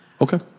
okay